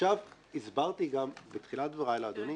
הסברתי בתחילת דבריי לאדוני